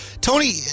Tony